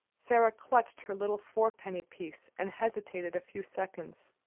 sara clutched her little four-penny piece, and hesitated a few seconds.